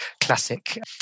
classic